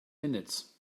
minutes